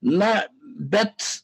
na bet